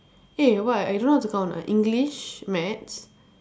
eh what I don't know how to count ah English maths